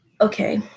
Okay